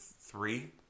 three